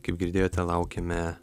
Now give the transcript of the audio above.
kaip girdėjote laukiame